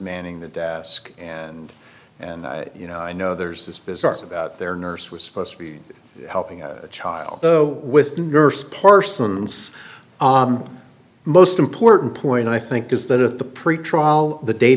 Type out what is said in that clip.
manning the desk and and you know i know there's this bizarre about there nurse was supposed to be helping a child though with a nurse parsons most important point i think is that at the pretrial the day